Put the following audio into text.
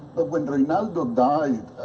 but when reinaldo died,